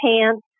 pants